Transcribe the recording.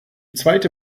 zweite